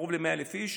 קרוב ל-100,000 איש.